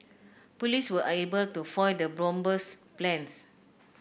police were able to foil the bomber's plans